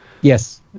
Yes